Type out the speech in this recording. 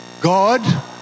God